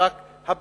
זה רק הבית,